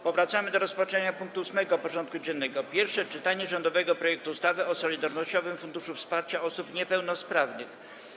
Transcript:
Powracamy do rozpatrzenia punktu 8. porządku dziennego: Pierwsze czytanie rządowego projektu ustawy o Solidarnościowym Funduszu Wsparcia Osób Niepełnosprawnych.